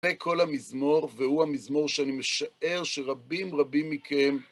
זה כל המזמור, והוא המזמור שאני משער שרבים רבים מכם...